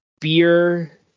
beer